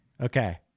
Okay